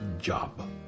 job